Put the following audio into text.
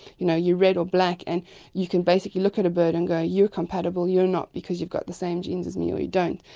you know red or black, and you can basically look at a bird and go you're compatible, you're not because you've got the same genes as me or you don't',